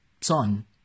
Son